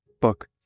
book